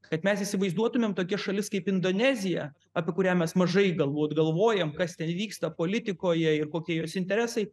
kad mes įsivaizduotumėm tokia šalis kaip indonezija apie kurią mes mažai galbūt galvojam kas ten vyksta politikoje ir kokie jos interesai